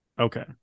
Okay